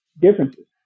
differences